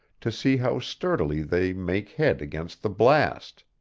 to see how sturdily they make head against the blast.